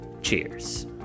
Cheers